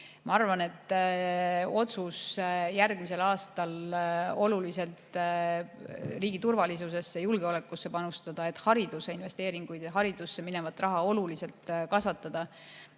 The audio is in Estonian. tasakaalus. Otsused järgmisel aastal olulisel määral riigi turvalisusesse, julgeolekusse panustada, hariduse investeeringuid, haridusse minevat raha oluliselt kasvatada,